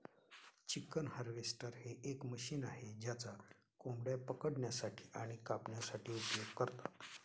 chicken harvester हे एक machine आहे ज्याचा कोंबड्या पकडण्यासाठी आणि कापण्यासाठी उपयोग करतात